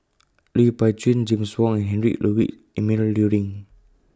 Lui Pao Chuen James Wong and Heinrich Ludwig Emil Luering